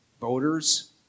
voters